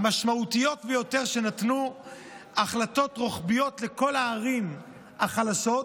היא שייתנו החלטות רוחביות לכל הערים החלשות,